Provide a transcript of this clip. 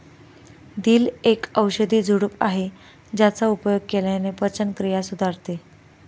दिल एक औषधी झुडूप आहे ज्याचा उपयोग केल्याने पचनक्रिया सुधारते